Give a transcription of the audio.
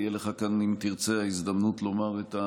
תהיה לך כאן אם תרצה ההזדמנות לומר את,